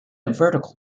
vertical